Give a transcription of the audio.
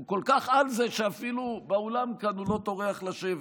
הוא כל כך על זה שאפילו באולם כאן הוא לא טורח לשבת.